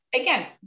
again